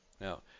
Now